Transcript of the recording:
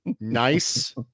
Nice